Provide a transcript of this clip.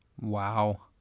Wow